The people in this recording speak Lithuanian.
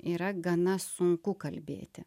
yra gana sunku kalbėti